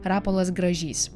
rapolas gražys